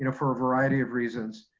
you know for a variety of reasons,